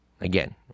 Again